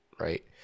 right